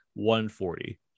140